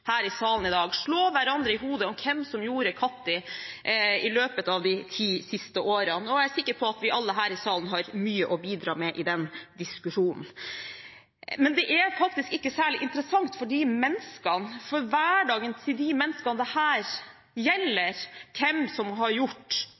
her i salen i dag – med hvem som gjorde hva og når i løpet av de ti siste årene. Jeg er sikker på at vi alle her i salen har mye å bidra med i den diskusjonen. Men det er faktisk ikke særlig interessant for de menneskene det her